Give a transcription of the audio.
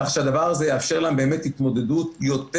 כך שהדבר הזה יאפשר להם התמודדות יותר